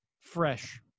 fresh